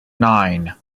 nine